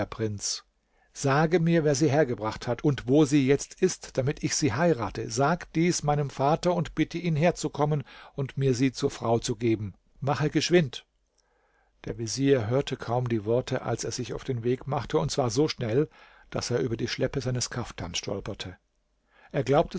prinz sage mir wer sie hergebracht hat und wo sie jetzt ist damit ich sie heirate sage dies meinem vater und bitte ihn herzukommen und mir sie zur frau zu geben mache geschwind der vezier hörte kaum die worte als er sich auf den weg machte und zwar so schnell daß er über die schleppe seines kaftan stolperte er glaubte